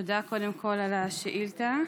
קודם כול, תודה על אישור השאילתה.